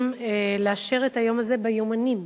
הסמלים לאשר את היום הזה ביומנים.